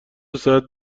ساعت